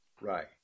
Right